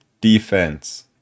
defense